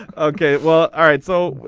okay well all right so.